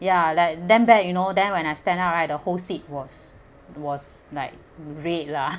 ya like damn bad you know then when I stand up right the whole seat was was like red lah